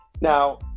Now